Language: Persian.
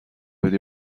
بدی